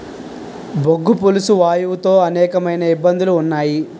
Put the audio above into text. బొగ్గు పులుసు వాయువు తో అనేకమైన ఇబ్బందులు ఉన్నాయి